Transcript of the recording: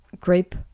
grape